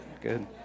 Good